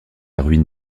ruine